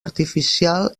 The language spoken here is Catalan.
artificial